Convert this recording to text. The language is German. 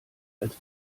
als